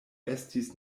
estis